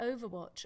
Overwatch